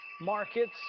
Markets